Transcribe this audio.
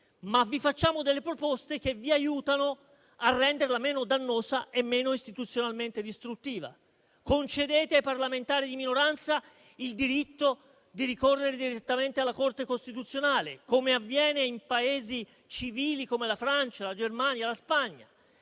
ma vi facciamo proposte che vi aiutino a renderla meno dannosa e meno istituzionalmente distruttiva: concedete ai parlamentari di minoranza il diritto di ricorrere direttamente alla Corte costituzionale, come avviene in Paesi civili come Francia, Germania e Spagna;